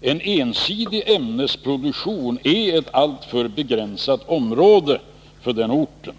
En ensidig ämnesproduktion är ett alltför begränsat område för den orten.